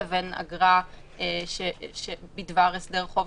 לבין אגרה בדבר הסדר חוב,